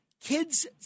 Kids